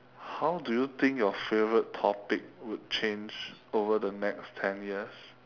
how do you think your favourite topic would change over the next ten years